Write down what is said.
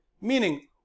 Meaning